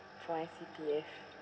try C_P_F